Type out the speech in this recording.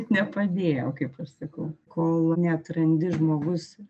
nepadėjo kaip aš sakau kol neatrandi žmogus